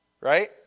Right